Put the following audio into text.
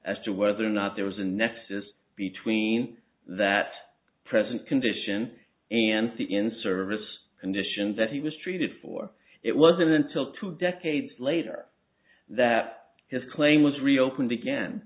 as to whether or not there was a nexus between that present condition and the in service condition that he was treated for it wasn't until two decades later that his claim was reopened again